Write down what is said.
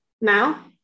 Now